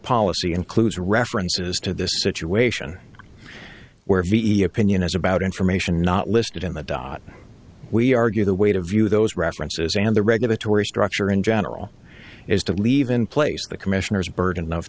policy includes references to this situation where ve opinion is about information not listed in the dot we argue the way to view those references and the regulatory structure in general is to leave in place the commissioner's burden